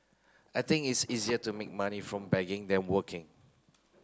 I think it's easier to make money from begging than working